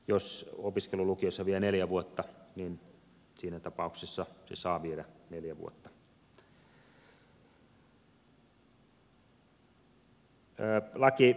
jos opiskelu lukiossa vie neljä vuotta niin siinä tapauksessa se saa viedä neljä vuotta